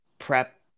Prep